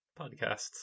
podcasts